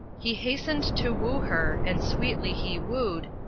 he hastened to woo her, and sweetly he wooed,